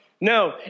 No